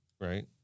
right